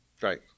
Right